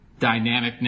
dynamicness